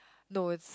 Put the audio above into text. no it's